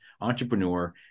Entrepreneur